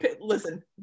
listen